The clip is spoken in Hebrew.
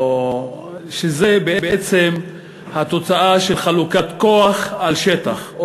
שזה בעצם התוצאה של חלוקת כוח על שטח,